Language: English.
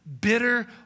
Bitter